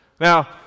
Now